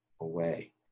away